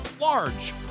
large